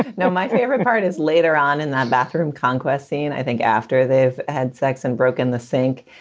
you know my favorite part is later on in that bathroom conquest scene. i think after they've had sex and broken the sink.